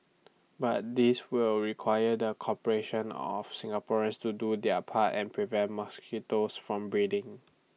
but this will require the cooperation of Singaporeans to do their part and prevent mosquitoes from breeding